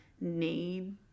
need